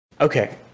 Okay